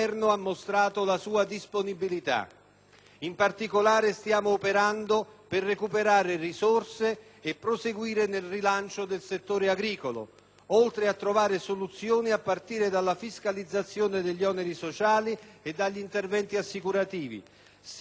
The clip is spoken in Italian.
In particolare stiamo operando per recuperare risorse e proseguire nel rilancio del settore agricolo, oltre a trovare soluzioni a partire dalla fiscalizzazione degli oneri sociali e dagli interventi assicurativi. Si tratta di misure sulle quali